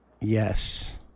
Yes